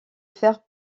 faire